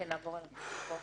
ונעבור על התקופות.